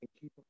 keep